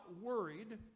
worried